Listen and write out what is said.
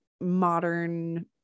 modern